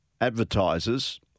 advertisers